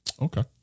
Okay